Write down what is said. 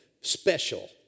special